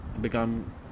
become